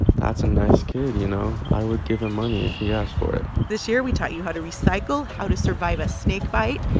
that's a nice kid. you know, i would give him money if he asked for it this year, we taught you how to recycle, how to survive a snakebite,